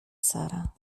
sara